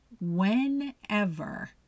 whenever